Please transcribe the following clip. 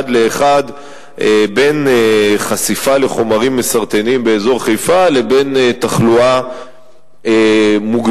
לאחד בין חשיפה לחומרים מסרטנים באזור חיפה לבין תחלואה מוגברת.